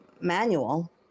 manual